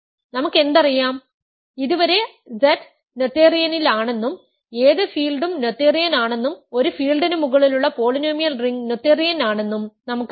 നമുക്കെന്തറിയാം ഇതുവരെ Z നോതേറിയനിലാണെന്നും ഏത് ഫീൽഡും നോതെറിയൻ ആണെന്നും ഒരു ഫീൽഡിന് മുകളിലുള്ള പോളിനോമിയൽ റിംഗ് നോതേറിയൻ ആണെന്നും നമുക്കറിയാം